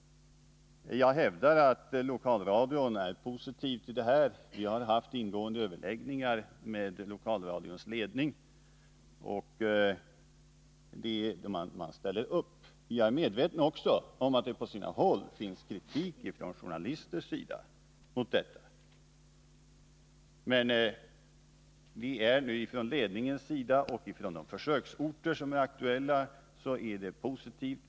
Jag hävdar också att lokalradion är positiv till det här. Vi har haft ingående överläggningar med lokalradions ledning. Jag är medveten om att det på sina håll framförs kritik från journalister mot planerad försöksverksamhet. Men från ledningens sida och från de aktuella försöksorternas sida är inställningen positiv.